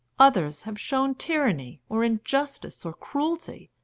others have shown tyranny, or injustice, or cruelty,